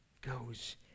goes